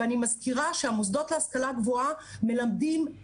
ואני מזכירה שהמוסדות להשכלה גבוהה מלמדים